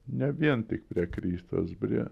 ne vien tik prie kristaus prie